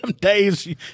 days